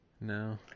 No